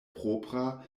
propra